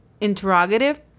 Interrogative